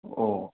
ꯑꯣ ꯑꯣ